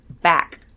back